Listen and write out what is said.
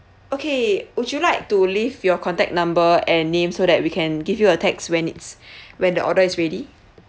okay would you like to leave your contact number and name so that we can give you a text when it's when the order is ready